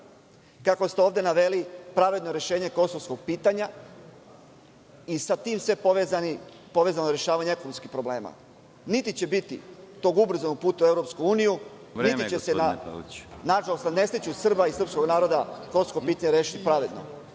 kako ste ovde naveli, pravedno rešenje kosovskog pitanja i sa tim povezano rešavanje ekonomskih problema. Niti će biti tog ubrzanog puta u Evropsku uniju, niti će se, nažalost, na nesreću Srba i srpskog naroda kosovsko pitanje rešiti pravedno.